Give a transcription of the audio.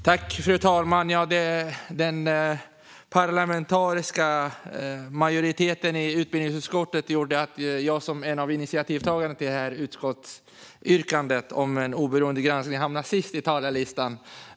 Fru talman! Den parlamentariska majoriteten i utbildningsutskottet gör att jag, som är en av initiativtagarna till detta utskottsyrkande om en oberoende granskning, hamnar sist på talarlistan.